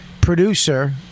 producer